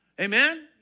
Amen